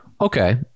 Okay